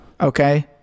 okay